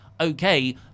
Okay